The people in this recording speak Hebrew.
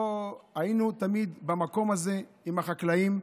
היינו תמיד במקום הזה עם החקלאים.